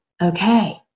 Okay